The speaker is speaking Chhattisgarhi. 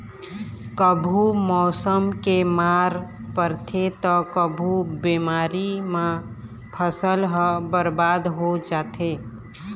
कभू मउसम के मार परथे त कभू बेमारी म फसल ह बरबाद हो जाथे